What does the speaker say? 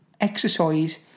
Exercise